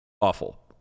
awful